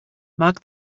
mark